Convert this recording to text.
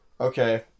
Okay